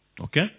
Okay